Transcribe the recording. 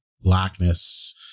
blackness